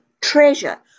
treasure